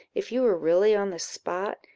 if you were really on the spot,